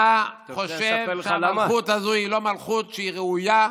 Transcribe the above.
חושב שהמלכות הזאת היא לא מלכות ראויה,